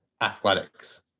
Athletics